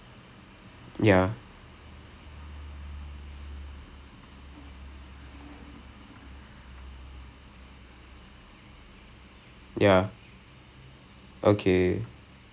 it's locked your spine into position eh your your your joints into a position அதனாலே தான் நீங்கே குனிறதுக்கு நிக்கிறதுக்கு:athanaalae thaan ningae kunirathukku nikkirathukku or whenever you have to alter posture ரொம்ப வலிக்குது உங்களுக்கு அப்படினாரு ஒருத்தரு:romba valikkuthu ungalukku appadinaaru oruttharu